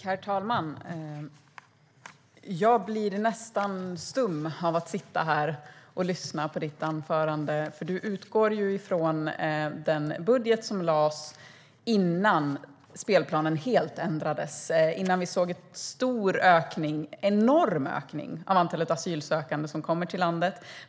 Herr talman! Jag blir nästan stum av att sitta här och lyssna på ditt anförande, Annelie Karlsson. Du utgår från den budget som lades fram innan spelplanen helt ändrades och vi såg en enorm ökning av antalet asylsökande som kommer till landet.